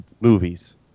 movies